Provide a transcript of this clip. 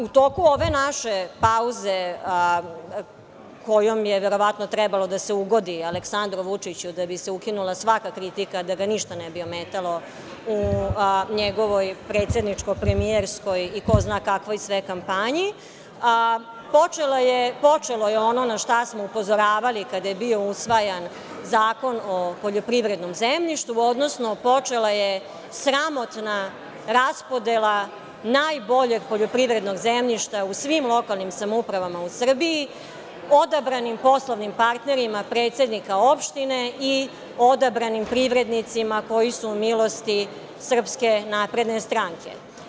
U toku ove naše pauze, kojom je verovatno trebalo da se ugodi Aleksandru Vučiću da bi se ukinula svaka kritika, da ga ništa ne bi ometalo u njegovoj predsedničko-premijerskoj i ko zna kakvoj sve kampanji, počelo je ono na šta smo upozoravali kada je bio usvajan Zakon o poljoprivrednom zemljištu, odnosno počela je sramotna raspodela najboljeg poljoprivrednog zemljišta u svim lokalnim samoupravama u Srbiji odabranim poslovnim partnerima predsednika opštine i odabranim privrednicima koji su u milosti SNS.